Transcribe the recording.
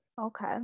Okay